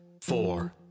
four